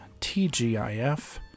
TGIF